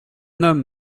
homme